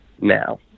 now